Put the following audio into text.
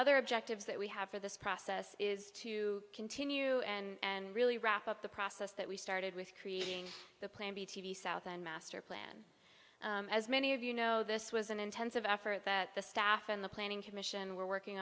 other objectives that we have for this process is to continue and really wrap up the process that we started with creating the plan b t v south and master plan as many of you know this was an intensive effort that the staff and the planning commission were working